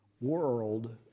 world